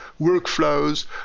workflows